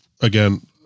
again